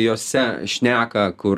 jose šneka kur